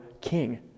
king